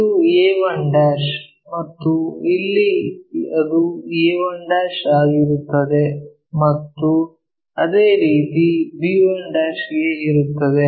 ಇದು a1 ಮತ್ತು ಅಲ್ಲಿ ಅದು a1 ಆಗಿರುತ್ತದೆ ಮತ್ತು ಅದೇ ರೀತಿ b1' ಗೆ ಇರುತ್ತದೆ